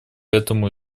этому